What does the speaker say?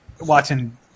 watching